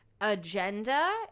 agenda